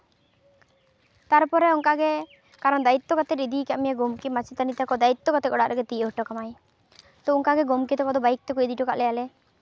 ᱛᱟᱨᱯᱚᱨᱮ ᱚᱱᱠᱟᱜᱮ ᱠᱟᱨᱚᱱ ᱫᱟᱭᱤᱛᱛᱚ ᱠᱟᱮᱛᱼᱮ ᱤᱫᱤᱭ ᱠᱟᱫ ᱢᱮᱭᱟ ᱜᱚᱢᱠᱮ ᱢᱟᱪᱮᱛᱟᱱᱤ ᱛᱟᱠᱚ ᱫᱟᱭᱤᱛᱛᱚ ᱟᱛᱮ ᱚᱲᱟᱜ ᱨᱮᱜᱮ ᱛᱤᱭᱟᱹᱜ ᱦᱚᱴᱚ ᱠᱟᱢᱟᱭ ᱛᱚ ᱚᱱᱠᱟ ᱜᱮ ᱜᱚᱢᱠᱮ ᱛᱟᱠᱚ ᱫᱚ ᱵᱟᱭᱤᱠ ᱛᱮᱠᱚ ᱤᱫᱤ ᱦᱚᱴᱚ ᱠᱟᱜ ᱞᱮᱭᱟ ᱟᱞᱮ